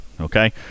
Okay